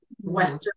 western